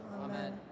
amen